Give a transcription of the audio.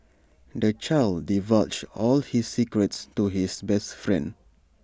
the child divulged all his secrets to his best friend